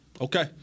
okay